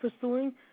pursuing